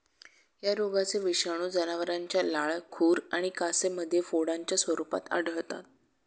या रोगाचे विषाणू जनावरांच्या लाळ, खुर आणि कासेमध्ये फोडांच्या स्वरूपात आढळतात